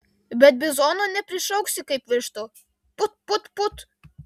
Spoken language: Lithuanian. bet bizonų neprišauksi kaip vištų put put put